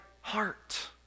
heart